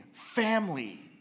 family